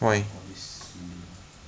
all these pulling